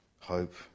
hope